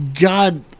God